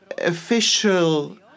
official